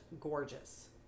gorgeous